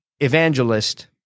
Evangelist